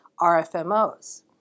RFMOs